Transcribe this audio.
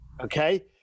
Okay